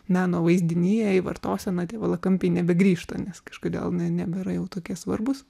meno vaizdinyje į vartoseną tie valakampiai nebegrįžta nes kažkodėl ne nebėra jau tokie svarbūs